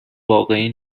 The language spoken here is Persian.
واقعی